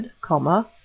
comma